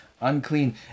unclean